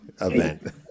event